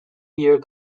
year